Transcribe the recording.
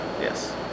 yes